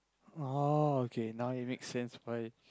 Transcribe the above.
oh okay now it make sense why